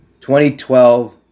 2012